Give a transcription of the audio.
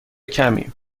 کمی